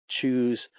choose